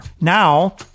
Now